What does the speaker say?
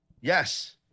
Yes